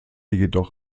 jedoch